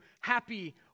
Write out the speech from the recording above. happy